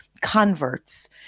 converts